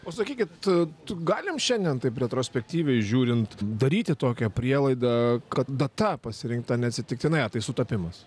o sakykit galim šiandien taip retrospektyviai žiūrint daryti tokią prielaidą kad data pasirinkta neatsitiktinai ar tai sutapimas